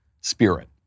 spirit